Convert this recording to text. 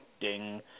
ding